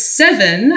seven